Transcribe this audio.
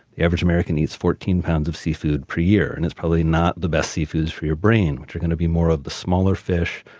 the average american eats fourteen pounds of seafood per year, year, and it's probably not the best seafood for your brain, which are going to be more of the smaller fish,